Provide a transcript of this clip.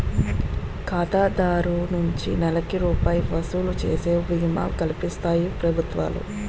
ఖాతాదారు నుంచి నెలకి రూపాయి వసూలు చేసి బీమా కల్పిస్తాయి ప్రభుత్వాలు